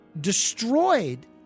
destroyed